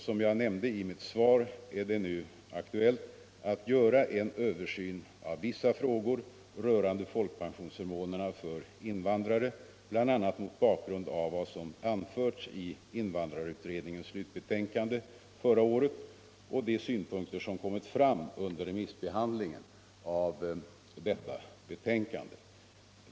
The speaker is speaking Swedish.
Som jag nämnde i mitt svar är det nu aktuellt att göra en översyn av vissa frågor rörande folkpensionsförmånerna för invandrare bl.a. mot bakgrunden av vad som anförts i invandrarutredningens slutbetänkande förra året och de synpunkter som kommit fram under remissbehandlingen av detta betänkande.